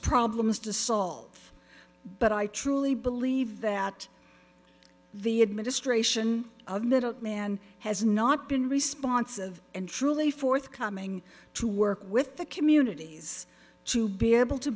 problems to solve but i truly believe that the administration of middle man has not been responsive and truly forthcoming to work with the communities to be able to